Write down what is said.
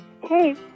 Hey